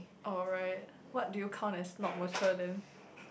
alright what do you count as not mature then